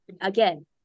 again